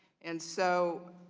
and so,